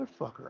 Motherfucker